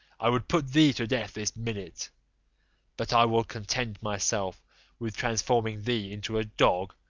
i would put thee to death this minute but i will content myself with transforming thee into a dog,